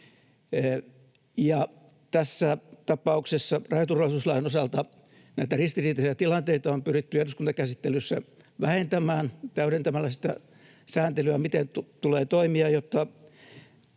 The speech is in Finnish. Tässä tapauksessa rajaturvallisuuslain osalta näitä ristiriitaisia tilanteita on pyritty eduskuntakäsittelyssä vähentämään täydentämällä sitä sääntelyä, miten tulee toimia, jotta